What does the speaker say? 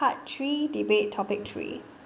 part three debate topic three